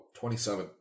27